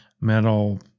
metal